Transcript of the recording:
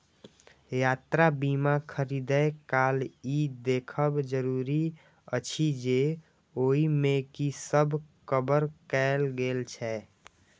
यात्रा बीमा खरीदै काल ई देखब जरूरी अछि जे ओइ मे की सब कवर कैल गेल छै